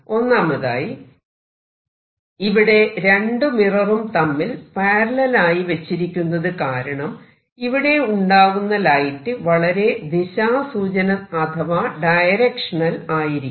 ഒന്നാമതായി ഇവിടെ രണ്ടു മിററും തമ്മിൽ പാരലൽ ആയി വെച്ചിരിക്കുന്നത് കാരണം ഇവിടെ ഉണ്ടാകുന്ന ലൈറ്റ് വളരെ ദിശാസൂചന അഥവാ ഡയരക്ഷനൽ ആയിരിക്കും